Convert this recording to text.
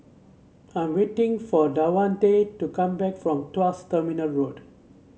I'm waiting for Davante to come back from Tuas Terminal Road